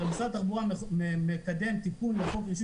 הרי משרד התחבורה מקדם תיקון לחוק רישוי